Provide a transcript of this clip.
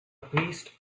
priest